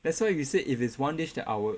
that's why if you said it is one dish that I would